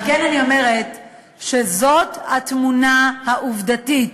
על כן אני אומרת שזאת התמונה העובדתית.